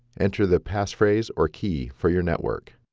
enter the passphrase or key for your network.